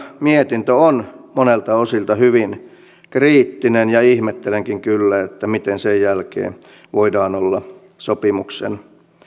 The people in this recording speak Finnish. mietintö on monilta osilta hyvin kriittinen ja ihmettelenkin kyllä miten sen jälkeen voidaan olla sopimuksen